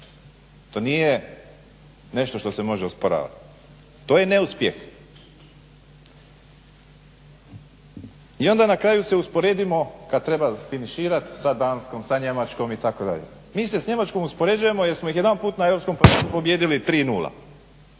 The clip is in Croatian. To nije nešto što se može osporavati. To je neuspjeh. I onda na kraju se usporedimo, kad treba finiširati, sa Danskom, sa Njemačkom itd. Mi se s Njemačkom uspoređujemo jer smo ih jedanput na Europskom prvenstvu pobijedili 3:0